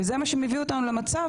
וזה מה שמביא אותנו למצב,